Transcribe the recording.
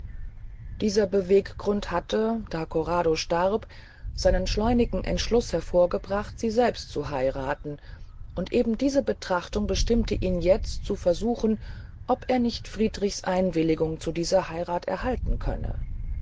dieser bewegungsgrund hatte da corrado starb seinen schleunigen entschluß hervorgebracht sie selbst zu heirathen und eben diese betrachtung bestimmte ihn jetzt zu versuchen ob er nicht friedrichs einwilligung zu dieser heyrath erhalten könne